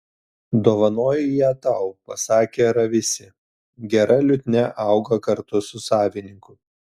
dovanoju ją tau pasakė ravisi gera liutnia auga kartu su savininku